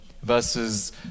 versus